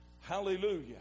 Hallelujah